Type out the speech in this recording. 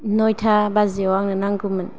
नयथा बाजियाव आंनो नांगौमोन